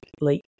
late